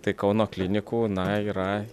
tai kauno klinikų na yra